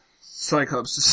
Cyclops